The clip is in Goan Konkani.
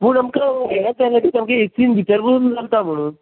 पूण आमकां हें जाता तेन्ना ती सामकी इचींग भितर बसून जाता म्हणून